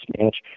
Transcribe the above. match